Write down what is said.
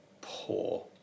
poor